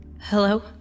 Hello